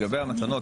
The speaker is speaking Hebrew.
לגבי המתנות,